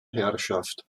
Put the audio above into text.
herrschaft